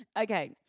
Okay